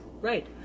Right